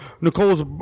Nicole's